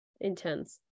intense